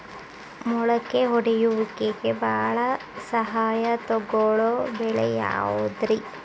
ಮೊಳಕೆ ಒಡೆಯುವಿಕೆಗೆ ಭಾಳ ಸಮಯ ತೊಗೊಳ್ಳೋ ಬೆಳೆ ಯಾವುದ್ರೇ?